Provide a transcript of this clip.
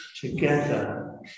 together